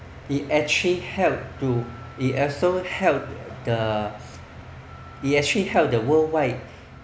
it actually helps to it also helps the it actually help the worldwide